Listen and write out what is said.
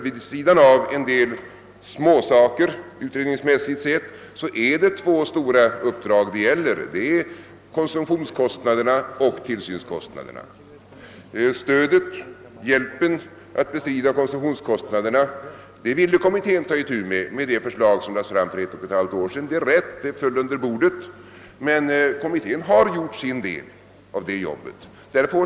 Vid sidan av en del småsaker, utredningsmässigt sett, är det två stora frågor saken gäller: konsumtionskostnaderna och tillsynskostnaderna. Hjälpen att bestrida konsumtionskostnaderna ville kommittén ta itu med genom det förslag som lades fram för ett och ett halvt år sedan. Det är riktigt att det föll under bordet, men kommittén har gjort sin del av detta jobb.